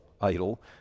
idol